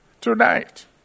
tonight